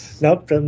Nope